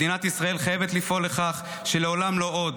מדינת ישראל חייבת לפעול לכך שלעולם לא עוד,